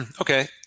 okay